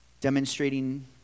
Demonstrating